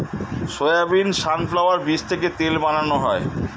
soybean, sunflower বীজ থেকে তেল বানানো হয়